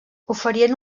oferien